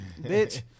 bitch